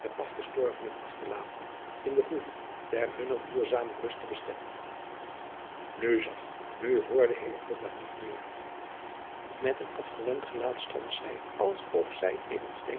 afgestorvenen af te laten in de groeve ter hunner duurzame ruste bestemd nu zag nu hoorde hillegonda niet meer met een afgewend gelaat stond zij als of zij in een